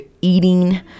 eating